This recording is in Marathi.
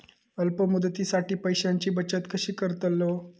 अल्प मुदतीसाठी पैशांची बचत कशी करतलव?